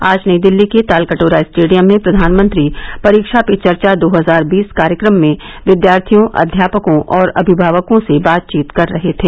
आज नई दिल्ली के तालकटोरा स्टेडियम में प्रधानमंत्री परीक्षा पे चर्चा दो हजार बीस कार्यक्रम में विद्यार्थियों अध्यापकों और अभिमावकों से बातचीत कर रहे थे